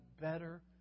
better